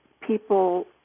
people